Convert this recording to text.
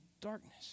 darkness